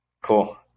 Cool